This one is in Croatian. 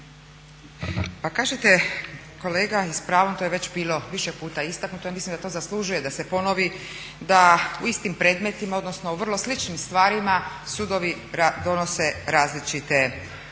Pa kažete kolega i s pravom to je već bilo više puta istaknuto. Ja mislim da to zaslužuje da se ponovi da u istim predmetima, odnosno u vrlo sličnim stvarima sudovi donose različite